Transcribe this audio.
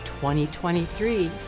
2023